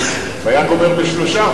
והיה גומר ב-3%,